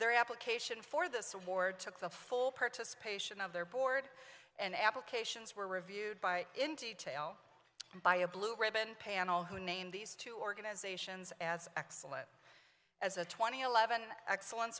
their application for the same board took the full participation of their board and applications were reviewed by in detail by a blue ribbon panel who named these two organizations as excellent as the twenty eleven excellence